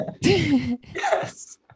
Yes